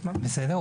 בסדר,